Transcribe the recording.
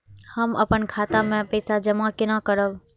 हम अपन खाता मे पैसा जमा केना करब?